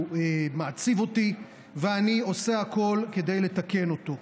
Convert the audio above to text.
הוא מעציב אותי, ואני עושה הכול כדי לתקן אותו.